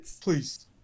Please